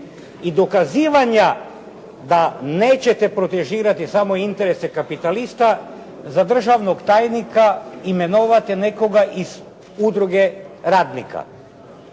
i dokazivanja da nećete protežirati samo interese kapitalista za državnog tajnika imenovati nekoga iz udruge radnika,